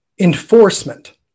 Enforcement